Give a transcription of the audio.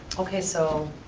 okay so,